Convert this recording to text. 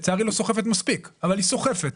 לצערי לא סוחפת מספיק אבל היא סוחפת.